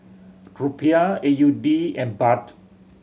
Rupiah A U D and Baht